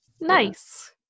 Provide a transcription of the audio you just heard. Nice